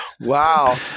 Wow